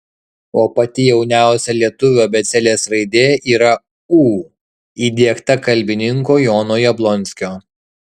o pati jauniausia lietuvių abėcėlės raidė yra ū įdiegta kalbininko jono jablonskio